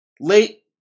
late